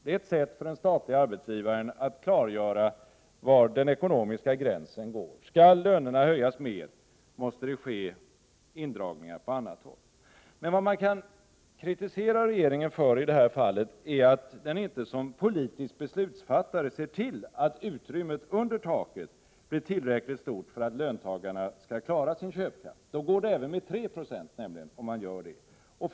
Det är ett sätt för den statliga arbetsgivaren att klargöra var den ekonomiska gränsen går. Skall lönerna höjas mer måste det ske indragningar på annat håll. Men vad man kan kritisera regeringen för i detta fall är att den som politisk beslutsfattare inte ser till att utrymmet under taket blir tillräckligt stort för att löntagarna skall klara sin köpkraft. Då går det nämligen även med 3 96.